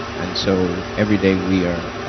and so every day we are